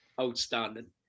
outstanding